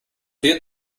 dir